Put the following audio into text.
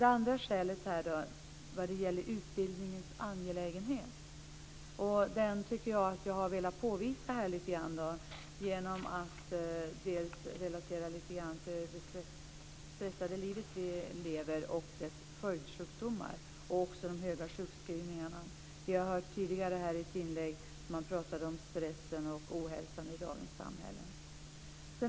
Det andra skälet gällde utbildningens angelägenhet. Den har jag velat visa på genom att relatera till stressen i det liv vi lever, dess följdsjukdomar och de många sjukskrivningarna. Vi har tidigare här hört ett inlägg där det talades om stressen och ohälsan i dagens samhälle.